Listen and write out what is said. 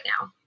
now